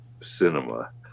cinema